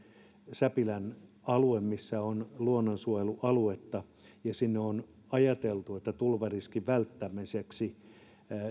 säpilän alue missä on luonnonsuojelualuetta ja on ajateltu että tulvariskin välttämiseksi